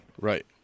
Right